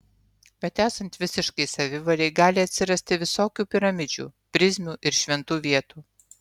bet esant visiškai savivalei gali atsirasti visokių piramidžių prizmių ir šventų vietų